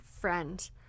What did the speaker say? friend